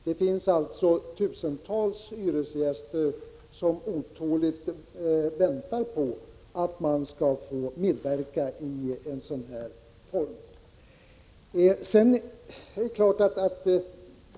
Det finns alltså tusentals hyresgäster som otåligt väntar på att få delta i denna verksamhet.